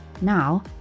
Now